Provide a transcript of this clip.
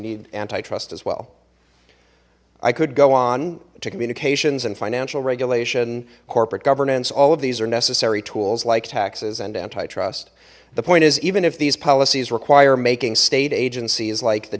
need antitrust as well i could go on to communications and financial regulation corporate governance all of these are necessary tools like taxes and antitrust the point is even if these policies require making state agencies like the